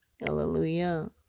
Hallelujah